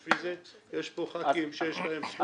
בשביל זה יש פה ח"כים שיש להם זכות לשנות.